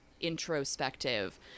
introspective